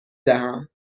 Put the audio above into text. دهم